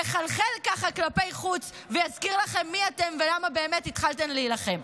יחלחל כלפי חוץ ויזכיר לכן מי אתן ולמה באמת התחלתן להילחם.